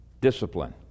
discipline